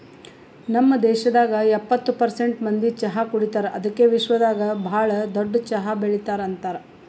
ನಮ್ ದೇಶದಾಗ್ ಎಪ್ಪತ್ತು ಪರ್ಸೆಂಟ್ ಮಂದಿ ಚಹಾ ಕುಡಿತಾರ್ ಅದುಕೆ ವಿಶ್ವದಾಗ್ ಭಾಳ ದೊಡ್ಡ ಚಹಾ ಬೆಳಿತಾರ್ ಅಂತರ್